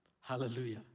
Hallelujah